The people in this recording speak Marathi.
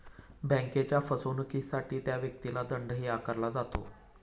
बँकेच्या फसवणुकीसाठी त्या व्यक्तीला दंडही आकारला जातो